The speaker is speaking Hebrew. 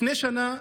לפני שנה,